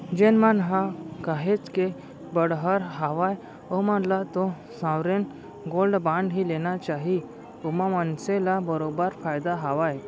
जेन मन ह काहेच के बड़हर हावय ओमन ल तो साँवरेन गोल्ड बांड ही लेना चाही ओमा मनसे ल बरोबर फायदा हावय